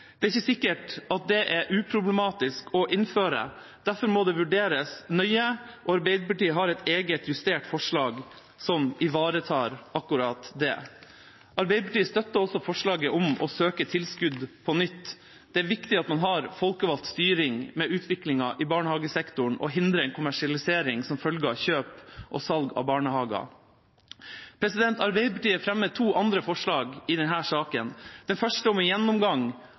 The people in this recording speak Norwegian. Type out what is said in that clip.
Det er ikke sikkert at dette er uproblematisk å innføre. Derfor må det vurderes nøye. Arbeiderpartiet har et eget, justert, forslag som ivaretar akkurat det. Arbeiderpartiet støtter også forslaget om å søke tilskudd på nytt. Det er viktig at man har folkevalgt styring med utviklingen i barnehagesektoren, og hindrer en kommersialisering som følge av kjøp og salg av barnehager. Arbeiderpartiet er med på to andre forslag i denne saken. Det første – forslag til vedtak – gjelder gjennomgang